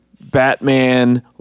Batman